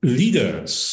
leaders